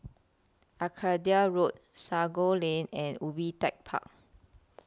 Arcadia Road Sago Lane and Ubi Tech Park